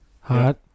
hot